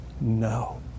No